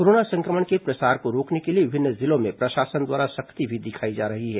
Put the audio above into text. corona संक्रमण के प्रसार को रोकने के लिए विभिन्न जिलों में प्रशासन द्वारा सख्ती भी दिखाई जा रही है